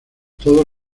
todos